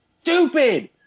Stupid